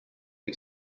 you